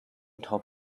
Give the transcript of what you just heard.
top